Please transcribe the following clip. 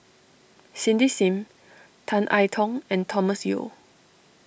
Cindy Sim Tan I Tong and Thomas Yeo